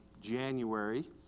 January